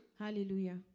Hallelujah